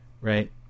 right